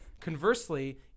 conversely